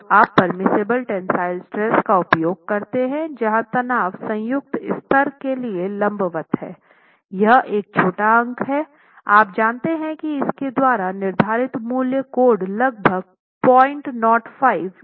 तो आप permissible tensile stress का उपयोग करते हैं जहाँ तनाव संयुक्त स्तर के लिए लंबवत है यह एक छोटा अंक है आप जानते हैं कि इसके द्वारा निर्धारित मूल्य कोड लगभग 005 या 001 है